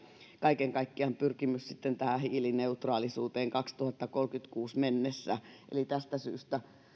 kaiken kaikkiaan pyrkimys tähän hiilineutraalisuuteen kaksituhattakolmekymmentäkuusi mennessä eli tästä syystä